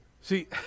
See